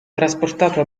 trasportato